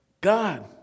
God